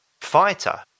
fighter